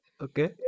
Okay